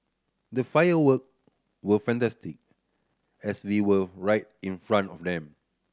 the firework were fantastic as we were right in front of them